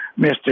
Mr